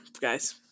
guys